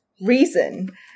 reason